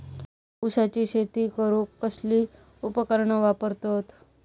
ऊसाची शेती करूक कसली उपकरणा वापरतत?